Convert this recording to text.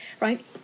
right